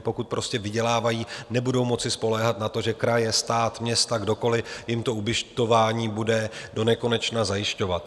Pokud vydělávají, nebudou moci spoléhat na to, že kraje, stát, města, kdokoliv jim ubytování bude donekonečna zajišťovat.